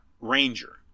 ranger